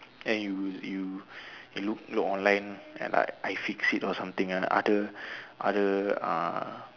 and you you you look look online then like I like fix it or something ah other other uh